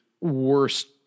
worst